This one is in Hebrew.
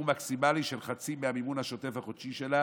מקסימלי של חצי מהמימון השוטף החודשי שלה